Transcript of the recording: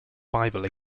bible